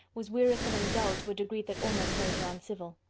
was wearisome and dull to a degree that almost made her uncivil.